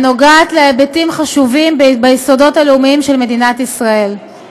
הנוגעת בהיבטים חשובים ביסודות הלאומיים של מדינת ישראל.